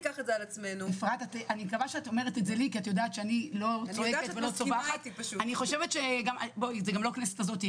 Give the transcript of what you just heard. משרד הרווחה, מרכז השלטון